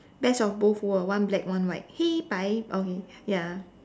best of both world one black one white 黑白 okay ya